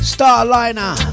Starliner